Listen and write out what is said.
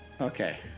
Okay